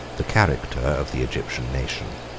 the character of the egyptian nation,